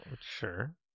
sure